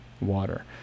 water